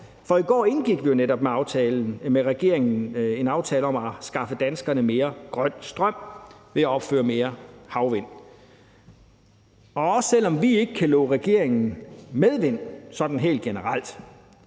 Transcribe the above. I går indgik vi jo netop en aftale med regeringen om at skaffe danskerne mere grøn strøm ved at opføre flere havvindmøller. Og selv om vi ikke kan love regeringen medvind sådan helt generelt,